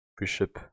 bishop